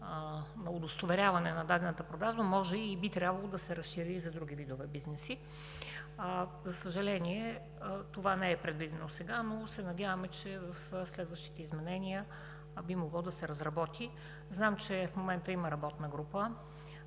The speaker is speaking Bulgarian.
на удостоверяване на дадената продажба може и би трябвало да се разшири и за други видове бизнеси. За съжаление, това не е предвидено сега, но се надяваме, че в следващите изменения би могло да се разработи. Знам, че в момента има работна група